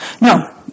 No